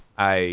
i